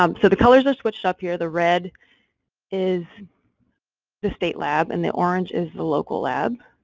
um so the colors are switched up here, the red is the state lab and the orange is the local lab,